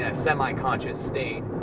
and semi-conscious state.